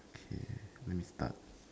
okay let me start